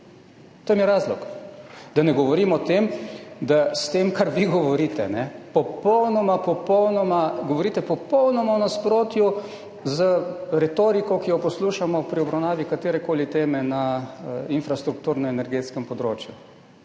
V tem je razlog. Da ne govorim o tem, da s tem, kar vi govorite, govorite popolnoma, popolnoma v nasprotju z retoriko, ki jo poslušamo pri obravnavi katerekoli teme na infrastrukturno-energetskem področju,